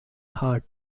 heart